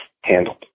handled